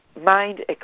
mind